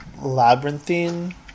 labyrinthine